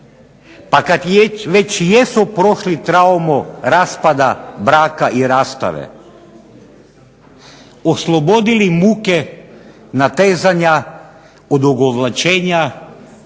pa kad već jesu prošli traumu raspada braka i rastave oslobodili muke natezanja, odugovlačenja